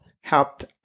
helped